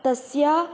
तस्य